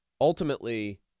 Ultimately